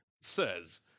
says